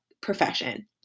profession